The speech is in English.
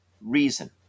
reason